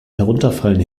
herunterfallen